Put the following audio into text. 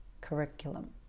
curriculum